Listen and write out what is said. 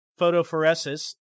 photophoresis